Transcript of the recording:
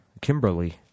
Kimberly